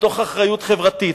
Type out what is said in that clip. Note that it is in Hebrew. מתוך אחריות חברתית.